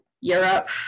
Europe